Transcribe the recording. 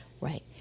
Right